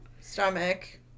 stomach